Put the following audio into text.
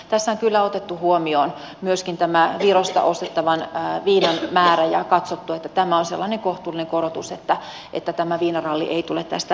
tässä on kyllä otettu huomioon myöskin tämä virosta ostettavan viinan määrä ja katsottu että tämä on sellainen kohtuullinen korotus että tämä viinaralli ei tule tästä lisääntymään